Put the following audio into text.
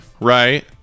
Right